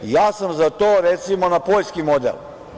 Ja sam za to, recimo, na poljski model.